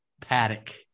Paddock